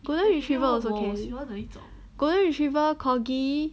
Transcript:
golden retriever also can golden retriever corgi